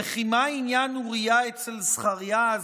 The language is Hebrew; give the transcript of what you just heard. וכי מה עניין אוריה אצל זכריה?